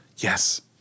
Yes